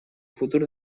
futur